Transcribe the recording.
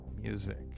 music